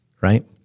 right